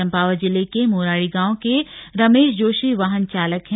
चंपावत जिले के मोराड़ी गांव के रमेश जोशी वाहन चालक हैं